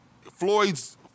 Floyd's